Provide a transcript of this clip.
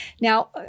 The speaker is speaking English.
Now